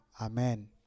amen